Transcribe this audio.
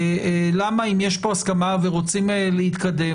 למה אם יש פה הסכמה ורוצים להתקדם,